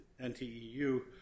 NTEU